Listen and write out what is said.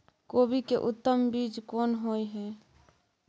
कोबी के उत्तम बीज कोन होय है?